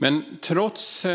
Men trots